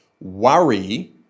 worry